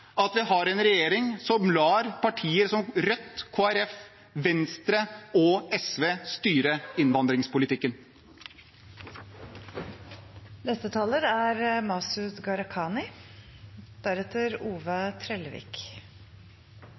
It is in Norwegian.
at vi har en regjering som lar partier som Rødt, Kristelig Folkeparti, Venstre og SV styre innvandringspolitikken. Asyl- og flyktningpolitikken er